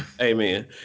Amen